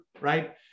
right